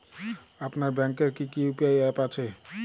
আপনার ব্যাংকের কি কি ইউ.পি.আই অ্যাপ আছে?